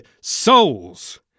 souls